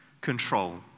control